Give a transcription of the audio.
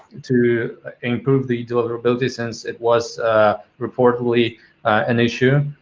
to improve the deliverability since it was reportedly and issue,